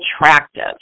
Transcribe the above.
attractive